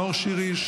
נאור שירי,